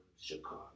Chicago